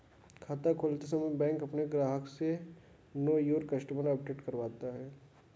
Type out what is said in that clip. खाता खोलते समय बैंक अपने ग्राहक से नो योर कस्टमर अपडेट करवाता है